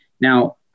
Now